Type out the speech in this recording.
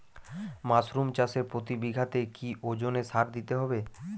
Mushroom চাষে প্রতি বিঘাতে কি ওজনে সার দিতে হবে?